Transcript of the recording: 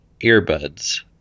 earbuds